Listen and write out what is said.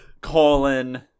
colon